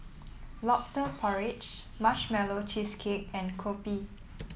lobster porridge Marshmallow Cheesecake and kopi